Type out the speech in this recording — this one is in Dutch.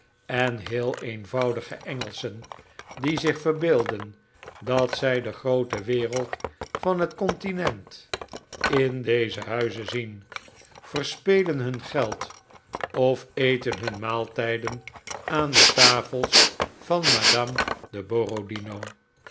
en heel eenvoudige engelschen die zich verbeelden dat zij de groote wereld van het continent in deze huizen zien verspelen hun geld of eten hun maaltijden aan de tafels van madame de borodino